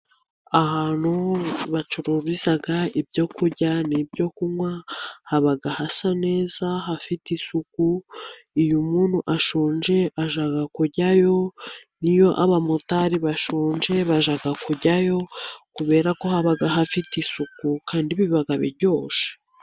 Ahantu bacururiza ibyo kurya n'ibyo kunywa, haba hasa neza hafite isuku. Iyo umuntu ashonje ashaka kuryayo, niyo abamotari bashonje bashaka kuryayo kubera ko haba hafite isuku kandi biba biryoshye.